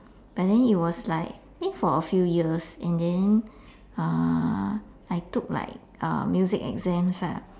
but then it was like think for a few years and then uh I took like uh music exams lah